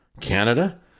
Canada